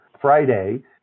Friday –